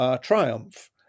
triumph